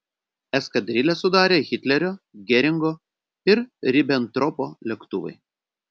eskadrilę sudarė hitlerio geringo ir ribentropo lėktuvai